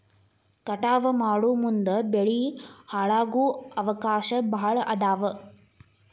ಕಟಾವ ಮಾಡುಮುಂದ ಬೆಳಿ ಹಾಳಾಗು ಅವಕಾಶಾ ಭಾಳ ಅದಾವ